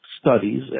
studies